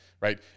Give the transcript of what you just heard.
Right